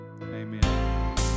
Amen